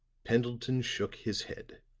pendleton shook his head.